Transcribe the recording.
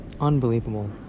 Unbelievable